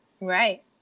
Right